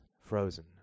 frozen